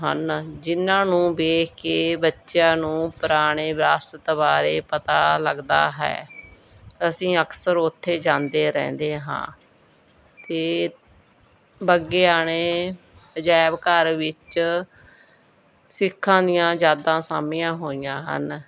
ਹਨ ਜਿਹਨਾਂ ਨੂੰ ਵੇਖ ਕੇ ਬੱਚਿਆਂ ਨੂੰ ਪੁਰਾਣੀ ਵਿਰਾਸਤ ਬਾਰੇ ਪਤਾ ਲੱਗਦਾ ਹੈ ਅਸੀਂ ਅਕਸਰ ਉੱਥੇ ਜਾਂਦੇ ਰਹਿੰਦੇ ਹਾਂ ਅਤੇ ਬੱਗਿਆਣਾ ਅਜਾਇਬ ਘਰ ਵਿੱਚ ਸਿੱਖਾਂ ਦੀਆਂ ਯਾਦਾਂ ਸਾਂਭੀਆਂ ਹੋਈਆਂ ਹਨ